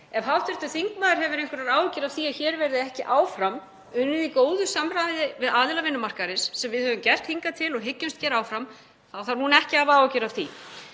Ef hv. þingmaður hefur einhverjar áhyggjur af því að hér verði ekki áfram unnið í góðu samráði við aðila vinnumarkaðarins, sem við höfum gert hingað til og hyggjumst gera áfram, þá þarf hún ekki að hafa áhyggjur af því.